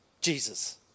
Jesus